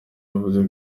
yavuze